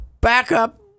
backup